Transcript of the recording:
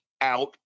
out